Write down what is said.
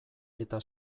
eta